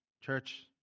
Church